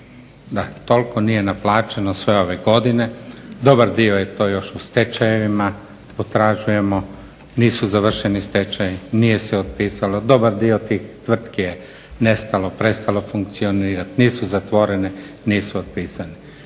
kuna. Toliko nije naplaćeno sve ove godine, dobar dio je još u stečajevima, potražujemo, nisu završeni stečajevi, nije se otpisalo. Dobar dio tih tvrtki je nestalo, prestalo funkcionirati. Nisu zatvoreni, nisu otpisani.